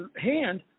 hand